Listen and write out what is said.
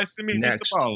next